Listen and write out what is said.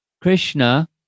Krishna